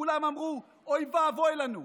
כולם אמרו: אוי ואבוי לנו.